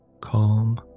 Calm